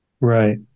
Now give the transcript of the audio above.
Right